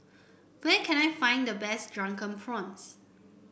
where can I find the best Drunken Prawns